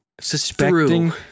suspecting